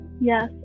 yes